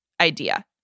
idea